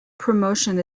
promotion